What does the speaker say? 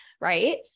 right